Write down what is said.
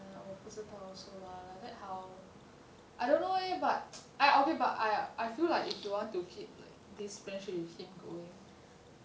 !aiya! 我不知道 zhi dao also lah like that how I don't know leh but I okay but I I feel like if you want to keep like this friendship with him going